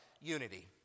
unity